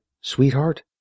Sweetheart